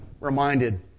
reminded